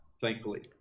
thankfully